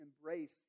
embrace